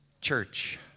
church